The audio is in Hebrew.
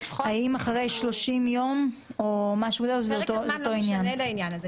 פרק הזמן לא ישנה לעניין הזה.